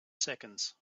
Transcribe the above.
seconds